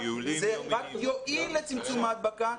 זה רק יועיל לצמצום ההדבקה,